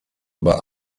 über